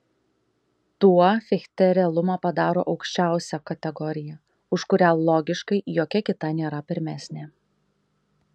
tuo fichte realumą padaro aukščiausia kategorija už kurią logiškai jokia kita nėra pirmesnė